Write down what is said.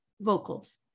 vocals